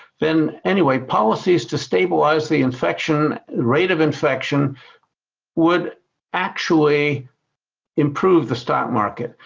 then, anyway, policies to stabilize the infection, rate of infection would actually improve the stock market.